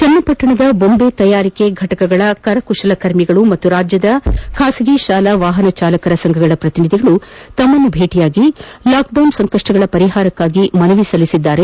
ಚನ್ನಪಟ್ಟಣದ ಬೊಂಬೆ ತಯಾರಿಕಾ ಫಟಕಗಳ ಕರಕುಶಲಕರ್ಮಿಗಳು ಹಾಗೂ ರಾಜ್ಯದ ಖಾಸಗಿ ಶಾಲಾ ವಾಹನ ಚಾಲಕರ ಸಂಘಗಳ ಪ್ರತಿನಿಧಿಗಳು ತಮ್ಮನ್ನು ಭೇಟಿಮಾದಿ ಲಾಕ್ಡೌನ್ ಸಂಕಷ್ನಗಳ ಪರಿಹಾರಕ್ಕಾಗಿ ಮನವಿ ಸಲ್ಲಿಸಿದರು